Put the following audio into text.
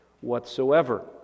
whatsoever